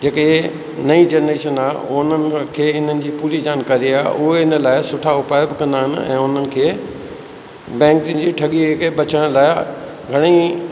जेके नई जेनरेशन आहे ओनन खे हिननि जी पूरी जानकारी आहे उहे इन लाइ सुठा उपाय बि कंदा आहिनि ऐं उन्हनि खे बैंक जी ठॻीअ खे बचण लाइ घणेर्ईं